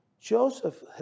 Joseph